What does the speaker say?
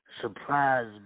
surprise